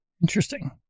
Interesting